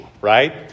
right